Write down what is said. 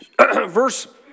Verse